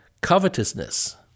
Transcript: covetousness